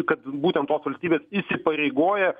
kad būtent tos valstybės įsipareigoja